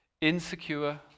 insecure